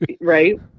right